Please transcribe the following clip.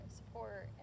support